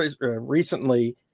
recently